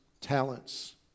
talents